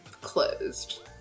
closed